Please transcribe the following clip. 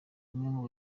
nimwe